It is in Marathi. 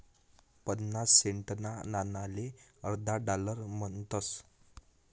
पन्नास सेंटना नाणाले अर्धा डालर म्हणतस